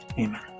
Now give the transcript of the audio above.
Amen